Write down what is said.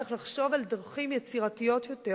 צריך לחשוב על דרכים יצירתיות יותר